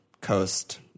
coast